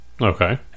Okay